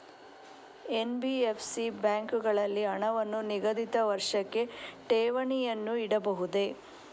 NBFC ಬ್ಯಾಂಕುಗಳಲ್ಲಿ ಹಣವನ್ನು ನಿಗದಿತ ವರ್ಷಕ್ಕೆ ಠೇವಣಿಯನ್ನು ಇಡಬಹುದೇ?